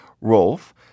Rolf